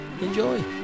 enjoy